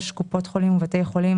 קופות חולים ובתי חולים,